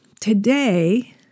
today